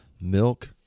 milk